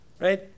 Right